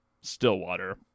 stillwater